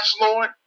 Lord